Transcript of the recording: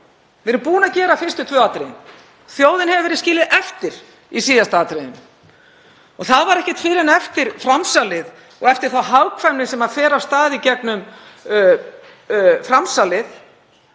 Við erum búin að gera fyrstu tvö atriðin. Þjóðin hefur verið skilin eftir í síðasta atriðinu. Það var ekki fyrr en eftir framsalið og eftir þá hagkvæmni sem fer af stað í gegnum framsalið